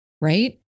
Right